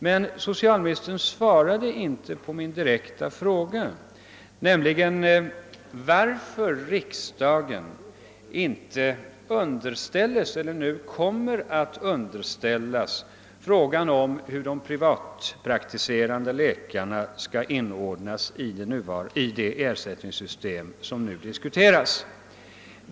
Men socialministern svarade inte på min direkta fråga, nämligen varför riksdagen inte underställs eller kommer att underställas frågan om hur de privatpraktiserande läkarna skall inordnas i det ersättningssystem som nu diskuteras.